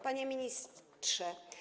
Panie Ministrze!